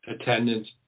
attendance